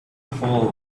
fall